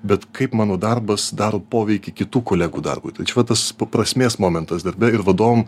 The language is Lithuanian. bet kaip mano darbas daro poveikį kitų kolegų darbui tai čia va tas prasmės momentas darbe ir vadovam